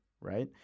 right